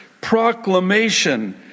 proclamation